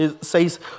says